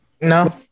No